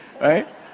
right